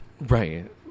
Right